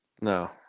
No